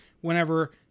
whenever